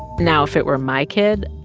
now, if it were my kid,